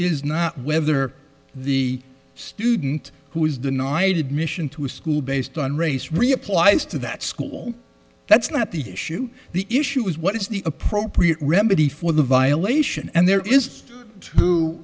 is not whether the student who is denied admission to a school based on race really applies to that school that's not the issue the issue is what is the appropriate remedy for the violation and there is